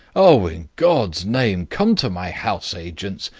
oh, in god's name, come to my house-agent's!